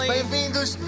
Bem-vindos